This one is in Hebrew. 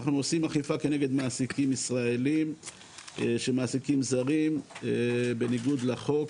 אנחנו עושים אכיפה כנגד מעסיקים ישראלים שמעסיקים זרים בניגוד לחוק.